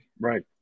Right